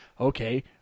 okay